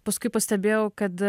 paskui pastebėjau kad